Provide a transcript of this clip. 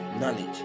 knowledge